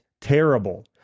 terrible